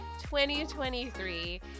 2023